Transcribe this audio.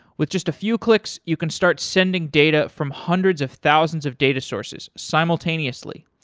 with just a few clicks, you can start sending data from hundreds of thousands of data sources simultaneously.